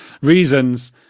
reasons